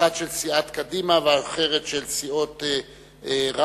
אחת של סיעת קדימה ואחרת של סיעות רע"ם-תע"ל,